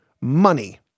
Money